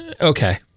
okay